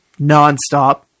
nonstop